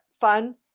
fun